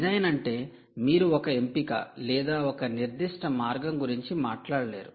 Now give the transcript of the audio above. design అంటే మీరు ఒక ఎంపిక లేదా ఒక నిర్దిష్ట మార్గం గురించి మాట్లాడలేరు